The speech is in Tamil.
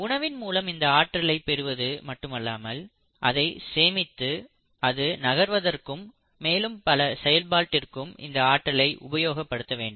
உணவின் மூலம் இந்த ஆற்றலை பெறுவது மட்டுமல்லாமல் அதை சேமித்து அது நகர்வதற்கும் மேலும் பல செயல்பாட்டிற்கும் அந்த ஆற்றலை உபயோகப்படுத்த வேண்டும்